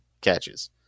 catches